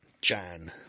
Jan